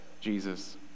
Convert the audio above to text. Jesus